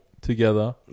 together